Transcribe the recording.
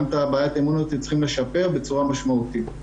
ממש לשפר בצורה משמעותית.